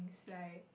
like